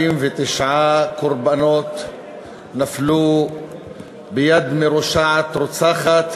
49 קורבנות נפלו ביד מרושעת, רוצחת,